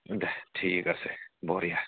दे थिग आसे बरिया